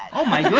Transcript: oh my